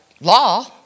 law